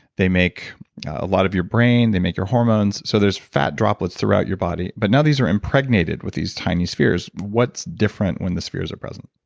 they make a lot of your brain. they make your hormones so there's fat droplets throughout your body, but now these are impregnated with these tiny spheres. what's different when the spheres are present?